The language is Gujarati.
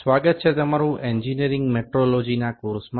સ્વાગત છે તમારું એન્જિનિયરિંગ મેટ્રોલોજીના કોર્સમા